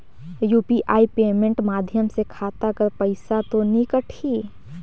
UPI payment माध्यम से खाता कर पइसा तो नी कटही?